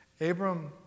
Abram